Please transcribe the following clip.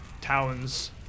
towns